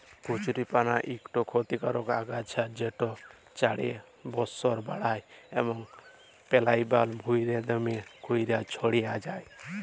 কচুরিপালা ইকট খতিকারক আগাছা যেট চাঁড়ে বংশ বাঢ়হায় এবং পেলাবল ভুঁইয়ে দ্যমে ক্যইরে ছইড়াই যায়